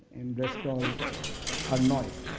and rest all are noise.